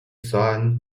son